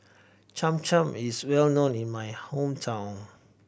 Cham Cham is well known in my hometown